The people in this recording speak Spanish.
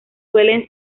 suelen